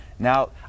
Now